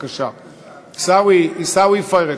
עיסאווי פריג'.